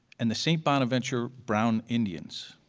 and the st. bonaventure brown indians.